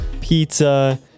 pizza